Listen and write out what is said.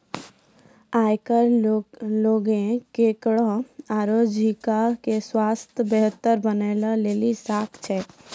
आयकल लोगें केकड़ा आरो झींगा के स्वास्थ बेहतर बनाय लेली खाय छै